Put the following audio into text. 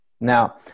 Now